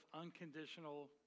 unconditional